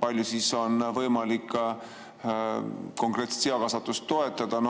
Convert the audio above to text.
palju on võimalik konkreetselt seakasvatust toetada.